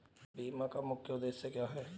बीमा का मुख्य उद्देश्य क्या है?